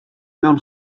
mewn